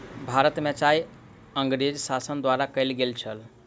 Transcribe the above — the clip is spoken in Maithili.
भारत में चाय अँगरेज़ शासन द्वारा कयल गेल छल